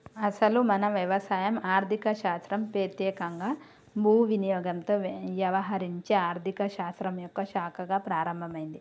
అసలు మన వ్యవసాయం ఆర్థిక శాస్త్రం పెత్యేకంగా భూ వినియోగంతో యవహరించే ఆర్థిక శాస్త్రం యొక్క శాఖగా ప్రారంభమైంది